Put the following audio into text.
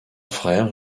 frère